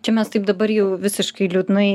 čia mes taip dabar jau visiškai liūdnai